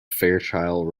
fairchild